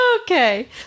Okay